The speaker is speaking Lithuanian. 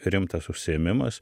rimtas užsiėmimas